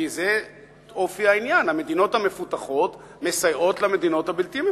כי זה אופי העניין: המדינות המפותחות מסייעות למדינות הבלתי מפותחות.